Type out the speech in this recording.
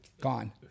Gone